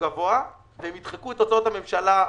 גבוה והן ידחקו את הוצאות הממשלה החוצה,